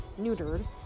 neutered